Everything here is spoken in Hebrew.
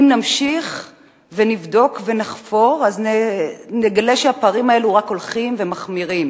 אם נמשיך ונבדוק ונחפור נגלה שהפערים האלה רק הולכים ומחמירים,